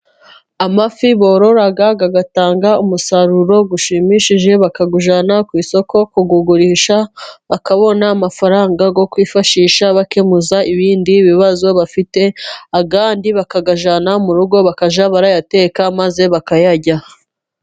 Amafi borora agatanga umusaruro ushimishije, bakawujyana ku isoko kuwugurisha, bakabona amafaranga yo kwifashisha bakemuza ibindi bibazo bafite. Ayandi bakayajyana mu rugo bakajya bayateka maze bakayarya.